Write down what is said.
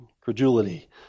Credulity